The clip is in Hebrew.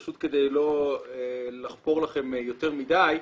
פשוט כדי לא לחפור לכם יותר מדי.